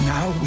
Now